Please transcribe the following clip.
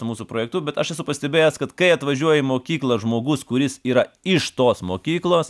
su mūsų projektu bet aš esu pastebėjęs kad kai atvažiuoja į mokyklą žmogus kuris yra iš tos mokyklos